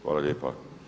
Hvala lijepa.